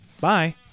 Bye